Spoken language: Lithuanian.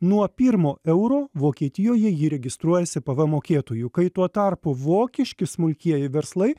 nuo pirmo euro vokietijoje ji registruojasi pvm mokėtoju kai tuo tarpu vokiški smulkieji verslai